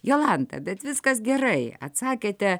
jolanta bet viskas gerai atsakėte